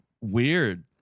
weird